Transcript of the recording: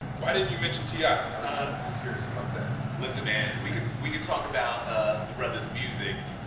why didn't you mention t i? i'm just curious about that. listen, man, we we can talk about ah the brother's music.